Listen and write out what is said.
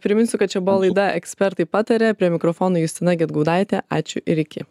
priminsiu kad čia buvo laida ekspertai pataria prie mikrofono justina gedgaudaitė ačiū ir iki